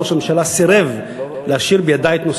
ראש הממשלה סירב להשאיר בידי את נושא